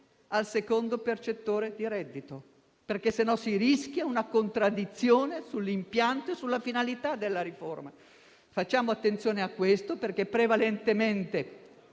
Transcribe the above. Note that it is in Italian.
al secondo percettore di reddito, perché altrimenti si rischia una contraddizione sull'impianto e sulla finalità della riforma. Facciamo attenzione a questo aspetto. Prevalentemente,